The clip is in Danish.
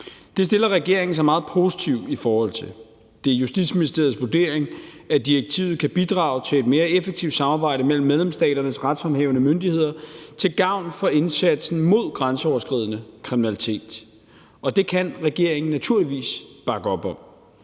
Det stiller regeringen sig meget positivt i forhold til. Det er Justitsministeriets vurdering, at direktivet kan bidrage til et mere effektivt samarbejde mellem medlemsstaternes retshåndhævende myndigheder til gavn for indsatsen mod grænseoverskridende kriminalitet, og det kan regeringen naturligvis bakke op om.